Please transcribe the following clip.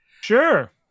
Sure